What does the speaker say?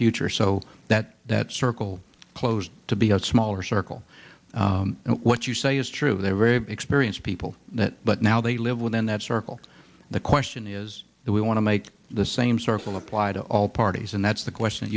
future so that that circle closed to be a smaller circle what you say is true they are very experienced people but now they live within that circle the question is do we want to make the same circle apply to all parties and that's the question